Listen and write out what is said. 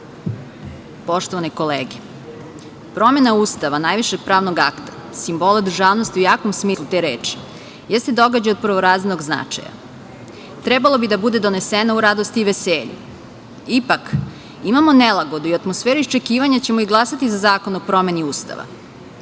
poštovane kolege, promena Ustava, najvišeg pravnog akta, simbola državnosti u jakom smislu te reči, jeste događaj od prvorazrednog značaja. Trebalo bi da bude donesena u radosti i veselju. Ipak, imamo nelagodu i atmosferu iščekivanja, hoćemo li glasati za zakon o promeni Ustava. Večno